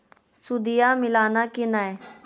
सुदिया मिलाना की नय?